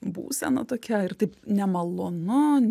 būsena tokia ir taip nemalonu